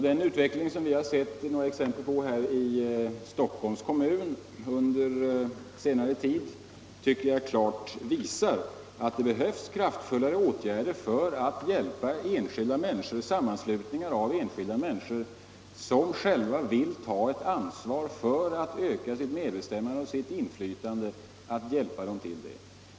Den utveckling som vi sett några exempel på i Stockholms kommun under senare tid visar klart att det behövs kraftfullare åtgärder för att hjälpa sammanslutningar av enskilda människor, som själva vill ta ett ansvar för att öka sitt medbestämmande och sitt inflytande.